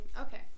Okay